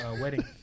wedding